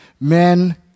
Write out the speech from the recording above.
men